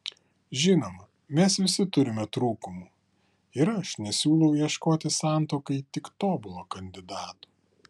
žinoma mes visi turime trūkumų ir aš nesiūlau ieškoti santuokai tik tobulo kandidato